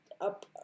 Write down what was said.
up